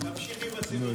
תמשיכי בסיבוב הבא.